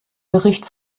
bericht